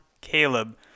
Caleb